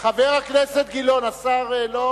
חבר הכנסת, גזען ופרימיטיבי.